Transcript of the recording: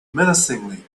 menacingly